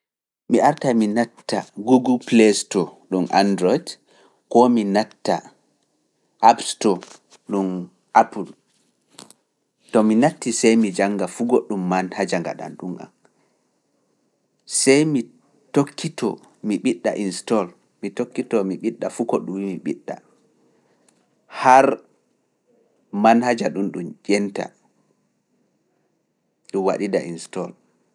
Mi arta mi natta google play store ɗum android, koo mi natta app store ɗum apple, to mi natti sey mi jannga fu godɗum manhaja ngaɗan ɗum an, sey mi tokkito mi ɓiɗɗa install, mi tokkito mi ɓiɗɗa fu godɗum mi ɓiɗɗa, har manhaja ɗum ɗum ƴenta ɗum waɗida install.